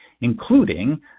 including